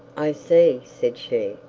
i see said she,